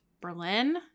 Berlin